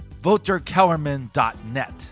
voterkellerman.net